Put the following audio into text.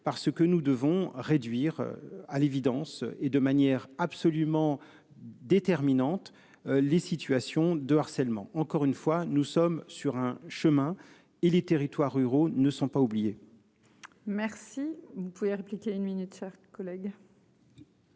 par ce que nous devons réduire à l'évidence et de manière absolument déterminante. Les situations de harcèlement. Encore une fois, nous sommes sur un chemin il les territoires ruraux ne sont pas oubliés. Merci vous pouvez répliquer à une minute, chers collègues.